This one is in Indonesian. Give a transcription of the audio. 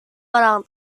orang